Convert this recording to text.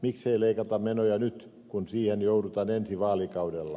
miksei leikata menoja nyt kun siihen joudutaan ensi vaalikaudella